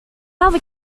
other